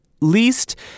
least